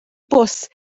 bws